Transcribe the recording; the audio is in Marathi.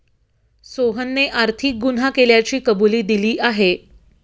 सोहनने आर्थिक गुन्हा केल्याची कबुली दिली आहे